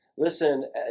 Listen